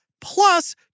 plus